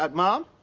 but mom?